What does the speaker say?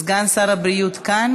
אני